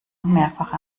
mehrfach